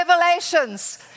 Revelations